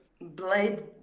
blade